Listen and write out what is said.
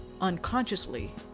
unconsciously